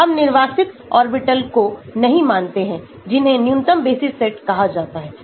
हम निर्वासित ऑर्बिटल्स को नहीं मानते हैं जिन्हें न्यूनतम बेसिस सेट कहा जाता है